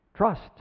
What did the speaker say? Trust